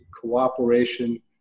cooperation